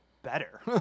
better